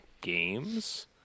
games